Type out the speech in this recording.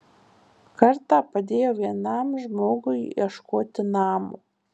kartą padėjau vienam žmogui ieškoti namo